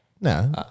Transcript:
No